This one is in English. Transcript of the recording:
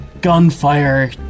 gunfire